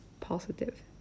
positive